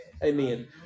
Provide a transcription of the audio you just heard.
Amen